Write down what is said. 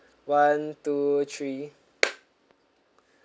one two three